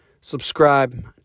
subscribe